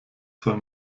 soll